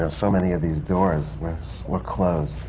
and so many of these doors were so were closed,